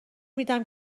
میدم